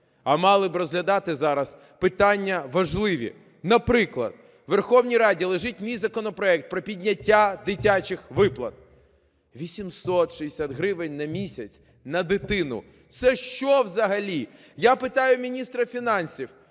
А мали б розглядати зараз питання важливі. Наприклад, у Верховній Раді лежить мій законопроект про підняття дитячих виплат. 860 гривень на місяць на дитину. Це що взагалі? Я питаю міністра фінансів,